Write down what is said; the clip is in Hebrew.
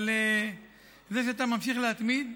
אבל זה שאתה ממשיך להתמיד,